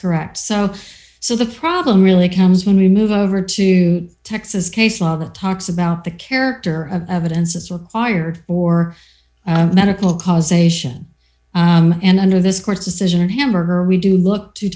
correct so so the problem really comes when we move over to texas case law that talks about the character of evidence is required for medical cause ation and under this court's decision or hamburger we do look to